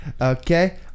Okay